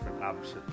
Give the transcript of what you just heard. opposite